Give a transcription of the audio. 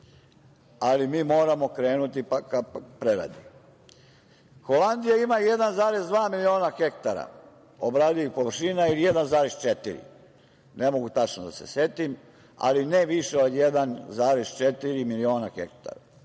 ali mi moramo krenuti ka preradi. Holandija ima 1,2 miliona hektara obradivih površina ili 1,4, ne mogu tačno da se setim, ali ne više od 1,4 miliona hektara,